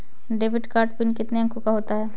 Debit card PIN कितने अंकों का होता है?